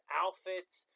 outfits